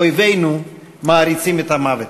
אויבינו מעריצים את המוות.